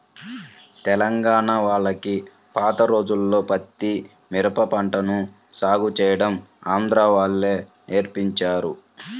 తెలంగాణా వాళ్లకి పాత రోజుల్లో పత్తి, మిరప పంటలను సాగు చేయడం ఆంధ్రా వాళ్ళే నేర్పించారు